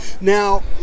Now